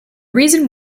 reason